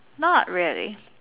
not really